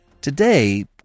Today